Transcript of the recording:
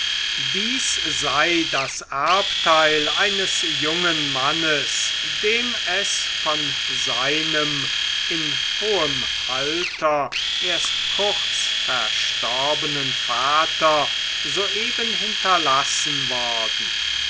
dies sei das erbteil eines jungen mannes dem es von seinem in hohem alter erst kurz verstorbenen vater soeben hinterlassen worden